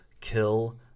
kill